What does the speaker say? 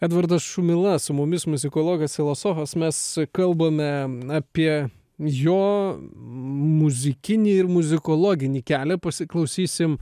edvardas šumila su mumis muzikologas filosofas mes kalbame apie jo muzikinį ir muzikologinį kelią pasiklausysim